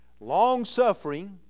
long-suffering